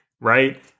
right